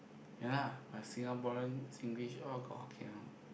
ya lah but Singaporean Singlish all got Hokkien one